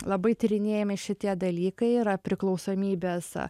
labai tyrinėjami šitie dalykai yra priklausomybės